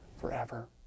forever